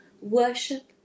worship